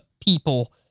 people